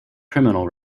criminal